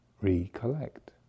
recollect